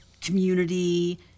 community